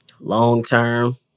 Long-term